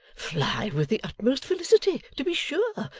fly with the utmost felicity, to be sure,